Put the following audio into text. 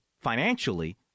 financially